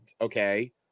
Okay